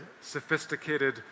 sophisticated